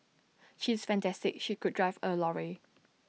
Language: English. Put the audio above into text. she is fantastic she could drive A lorry